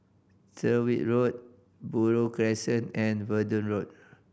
Tyrwhitt Road Buroh Crescent and Verdun Road